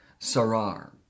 sarar